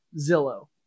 Zillow